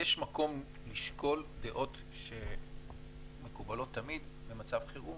יש מקום לשקול דעות שמקובלות תמיד ומצב חירום